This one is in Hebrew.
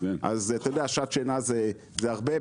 שעת שינה זה הרבה,